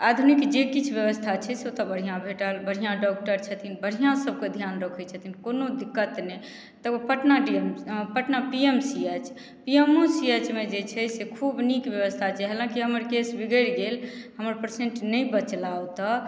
आधुनिक जे किछु व्यवस्था छै से ओतय बढ़िऑं भेटल बढ़िऑं डॉक्टर छथिन बढ़िऑं सभके ध्यान रखे छथिन कोनो दिक्कत नहि एगो Patna P M C H P M O C H मे जे छै से खूब नीक व्यवस्था छै हाँलाकि हमर केस बिगरि गेल हमर पेशेन्ट नहि बचला ओतो